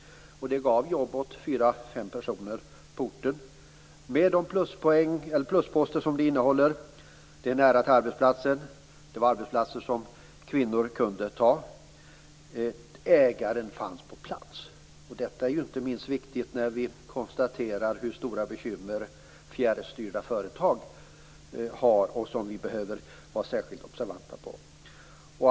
Det gav jobb åt 4-5 personer på orten och med de plusposter som det betyder, dvs. nära till arbetsplatsen, arbeten som kvinnor kan ta, att ägaren finns på plats. Detta är inte minst viktigt när vi konstaterar hur stora bekymmer fjärrstyrda företag har och som vi måste vara särskilt observanta på.